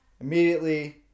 Immediately